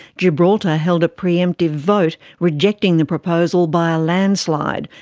gibraltar held a pre-emptive vote, rejecting the proposal by a landslide,